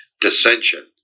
dissension